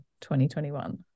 2021